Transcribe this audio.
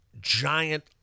giant